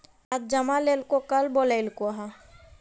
आज जमा लेलको कल बोलैलको हे?